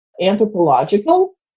anthropological